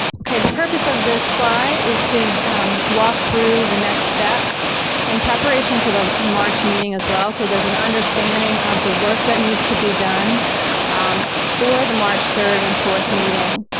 ok. the purpose of this slide is to walk through the next steps in preparation for the march meeting as well. so there's an understanding of the work that needs to be done um for the march third and fourth meeting.